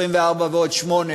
24 ועוד שמונה,